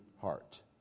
heart